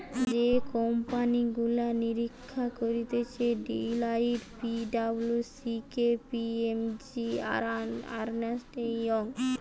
যে কোম্পানি গুলা নিরীক্ষা করতিছে Deloitte, P W C, K P M G, আর আর্নেস্ট ইয়ং